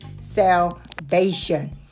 salvation